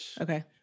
Okay